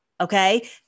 Okay